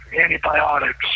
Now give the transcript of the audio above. antibiotics